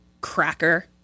Cracker